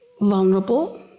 vulnerable